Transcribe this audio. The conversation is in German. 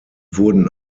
wurden